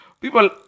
people